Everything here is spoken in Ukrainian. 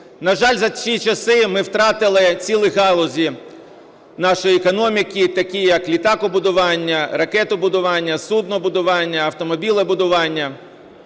На жаль, за ці часи ми втратили цілі галузі нашої економки, такі як літакобудування, ракетобудування, суднобудування, автомобілебудування.